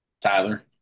Tyler